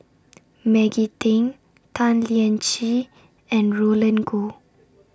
Maggie Teng Tan Lian Chye and Roland Goh